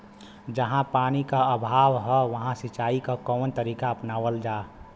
जहाँ पानी क अभाव ह वहां सिंचाई क कवन तरीका अपनावल जा?